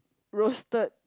roasted